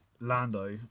lando